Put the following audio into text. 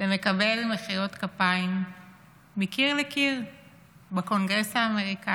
ומקבל מחיאות כפיים מקיר לקיר בקונגרס האמריקאי,